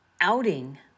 outing